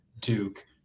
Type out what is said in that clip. Duke